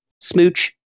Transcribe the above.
Smooch